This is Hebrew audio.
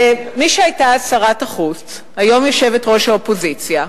מי שהיתה שרת החוץ, היום יושבת-ראש האופוזיציה,